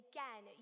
Again